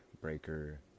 Breaker